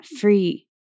free